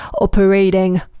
operating